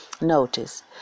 Notice